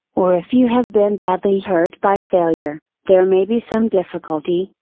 or if you have been badly hurt by failure, there may be some difficulty,